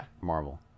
Marvel